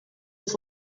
his